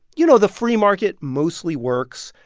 you know, the free market mostly works.